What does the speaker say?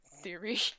theory